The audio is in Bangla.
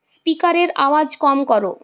স্পিকারের আওয়াজ কম করো